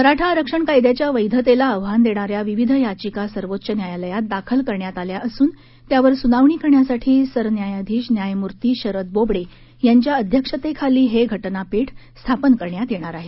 मराठा आरक्षण कायद्याच्या वैधतेला आव्हान देणाऱ्या विविध याचिका सर्वोच्च न्यायालयात दाखल करण्यात आल्या असून त्यावर सुनावणी करण्यासाठी सरन्यायाधीश न्यायमूर्ती शरद बोबडे यांच्या अध्यक्षतेखाली हे घटना पीठ स्थापन करण्यात येणार आहे